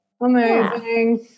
Amazing